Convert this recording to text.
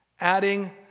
Adding